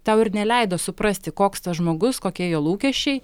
tau ir neleido suprasti koks tas žmogus kokie jo lūkesčiai